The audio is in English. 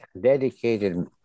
dedicated